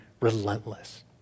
relentless